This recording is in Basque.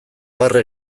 barre